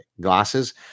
glasses